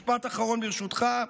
משפט אחרון, ברשותך.